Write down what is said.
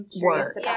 work